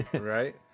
Right